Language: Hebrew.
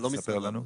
תספר לנו.